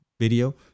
video